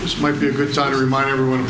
this might be a good time to remind everyone